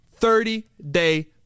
30-day